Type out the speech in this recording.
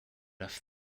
have